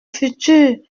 futur